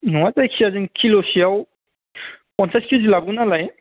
नङा जायखिजाया जों किल'सेयाव पन्सास के जि लाबोगोन नालाय